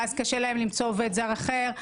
ואז קשה להם למצוא עובד זר אחר,